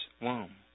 womb